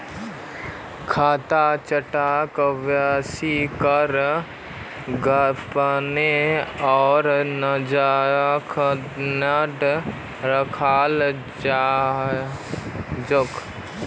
खाता चार्टक बेसि करे गोपनीय आर नजरबन्द रखाल जा छे